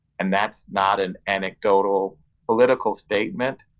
and that's not an anecdotal political statement.